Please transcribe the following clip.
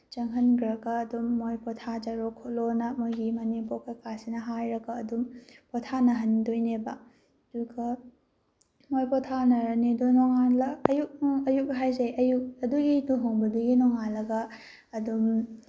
ꯆꯪꯍꯟꯈ꯭ꯔꯒ ꯑꯗꯨꯝ ꯃꯣꯏ ꯄꯣꯊꯥꯖꯔꯣ ꯈꯣꯠꯂꯣꯅ ꯃꯣꯏꯒꯤ ꯃꯅꯦꯝꯄꯣꯛ ꯀꯩꯀꯥꯁꯤꯅ ꯍꯥꯏꯔꯒ ꯑꯗꯨꯝ ꯄꯣꯊꯥꯅꯍꯟꯗꯣꯏꯅꯦꯕ ꯑꯗꯨꯒ ꯃꯣꯏ ꯄꯣꯊꯥꯅꯔꯅꯤ ꯑꯗꯨ ꯅꯣꯡꯉꯥꯜꯂ ꯑꯌꯨꯛ ꯑꯌꯨꯛ ꯍꯥꯏꯁꯦ ꯑꯌꯨꯛ ꯑꯗꯨꯒꯤ ꯂꯨꯍꯣꯡꯕꯗꯨꯒꯤ ꯅꯣꯡꯉꯥꯜꯂꯒ ꯑꯗꯨꯝ